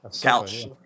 Couch